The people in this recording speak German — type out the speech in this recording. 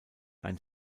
ein